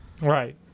Right